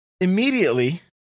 immediately